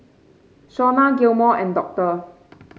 Shauna Gilmore and Doctor